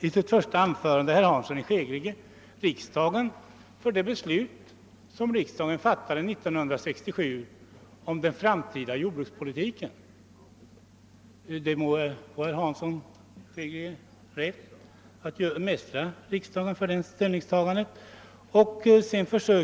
I sitt första anförande mästrade herr Hansson i Skegrie riksdagen för det beslut om den framtida jordbrukspolitiken som riksdagen fattade 1967. Det må herr Hansson ha rätt att göra.